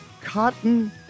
cotton